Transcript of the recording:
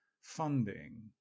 funding